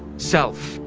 self,